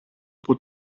από